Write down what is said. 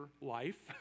life